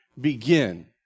begin